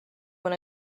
when